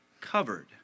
covered